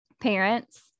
parents